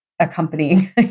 accompanying